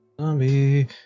Zombie